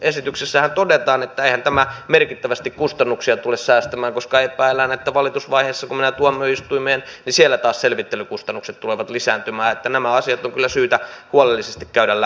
esityksessähän todetaan että eihän tämä merkittävästi kustannuksia tule säästämään koska epäillään että valitusvaiheessa kun mennään tuomioistuimeen selvittelykustannukset tulevat taas lisääntymään joten nämä asiat on kyllä syytä huolellisesti käydä läpi